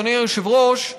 אדוני היושב-ראש,